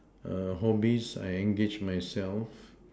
hobbies I engage myself